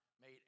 made